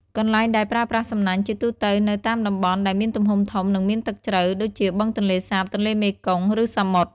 កន្លែងដែលប្រើប្រាស់សំណាញ់ ជាទូទៅនៅតាមតំបន់ដែលមានទំហំធំ និងមានទឹកជ្រៅ ដូចជាបឹងទន្លេសាប ទន្លេមេគង្គ ឬសមុទ្រ។